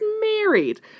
married